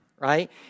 right